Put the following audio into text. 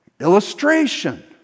Illustration